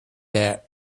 their